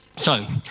so,